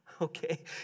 okay